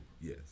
Yes